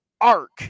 arc